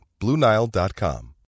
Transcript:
BlueNile.com